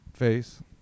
Face